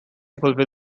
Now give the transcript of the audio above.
fulfil